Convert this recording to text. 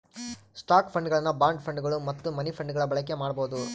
stock ಫಂಡ್ಗಳನ್ನು bond ಫಂಡ್ಗಳು ಮತ್ತು ಮನಿ ಫಂಡ್ಗಳ ಬಳಕೆ ಮಾಡಬೊದು